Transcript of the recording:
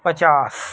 پچاس